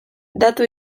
datu